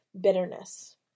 bitterness